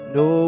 no